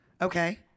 Okay